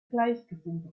gleichgesinnte